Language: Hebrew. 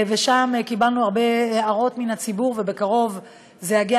קיבלנו שם הרבה הערות מהציבור ובקרוב זה יגיע